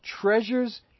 treasures